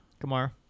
Kamara